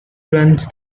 runs